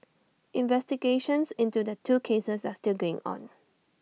investigations into the two cases are still going on